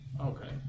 Okay